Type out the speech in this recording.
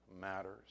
matters